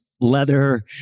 leather